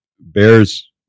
bears